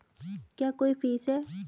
क्या कोई फीस है?